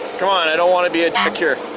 come on, i don't wanna be a here.